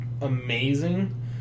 amazing